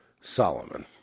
Solomon